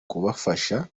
kubafasha